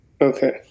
Okay